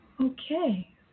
Okay